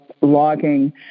logging